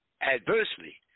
adversely